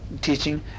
teaching